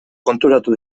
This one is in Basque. konturatu